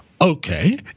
Okay